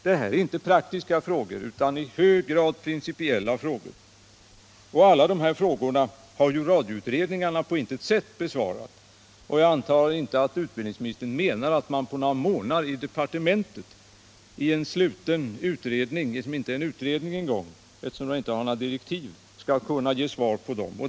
Det här är inte praktiska frågor utan i hög grad principiella frågor, och radioutredningarna har på intet sätt besvarat alla de här frågorna. Jag antar att utbildningsministern inte menar att man i departementet på några månader i en sluten utredning — som inte ens en gång är en utredning, eftersom den inte har några direktiv — skulle kunna ge svar på dem.